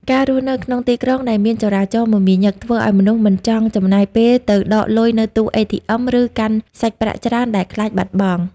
ការរស់នៅក្នុងទីក្រុងដែលមានចរាចរណ៍មមាញឹក ធ្វើឱ្យមនុស្សមិនចង់ចំណាយពេលទៅដកលុយនៅទូ ATM ឬកាន់សាច់ប្រាក់ច្រើនដែលខ្លាចបាត់បង់។